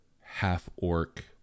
half-orc